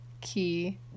key